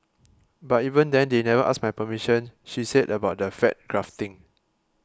but even then they never asked my permission she said about the fat grafting